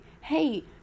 Hey